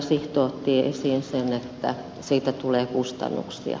sihto otti esiin sen että siitä tulee kustannuksia